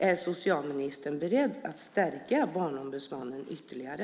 Är socialministern beredd att stärka Barnombudsmannen ytterligare?